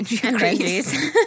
crazy